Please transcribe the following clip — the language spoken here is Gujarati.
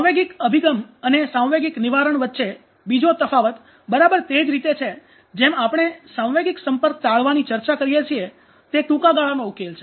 સાંવેગિક અભિગમ અને સાંવેગિક નિવારણ વચ્ચે બીજો તફાવત બરાબર તે જ રીતે છે જેમ આપણે સાંવેગિક સંપર્ક ટાળવાની ચર્ચા કરીએ છીએ તે ટૂંકા ગાળાનો ઉકેલ છે